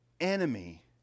enemy